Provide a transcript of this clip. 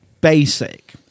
basic